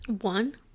One